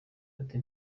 ati